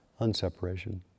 unseparation